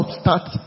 start